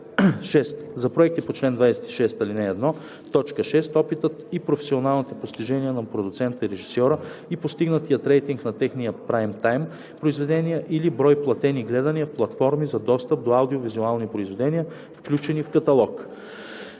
за проекти по чл. 26, ал. 1, т. 6 опитът и професионалните постижения на продуцента и режисьора и постигнатият рейтинг на техните прайм таим произведения или брой платени гледания в платформи за достъп до аудио-визуални произведения, включени в каталог;